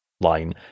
line